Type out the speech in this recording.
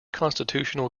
constitutional